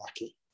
lucky